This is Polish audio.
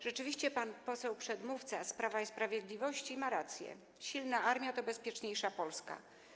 Rzeczywiście pan poseł przedmówca z Prawa i Sprawiedliwości ma rację: silna armia to bezpieczniejsza Polska.